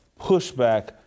pushback